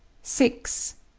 six.